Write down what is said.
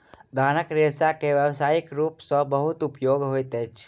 धानक रेशा के व्यावसायिक रूप सॅ बहुत उपयोग होइत अछि